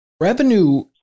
revenue